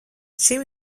šim